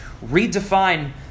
Redefine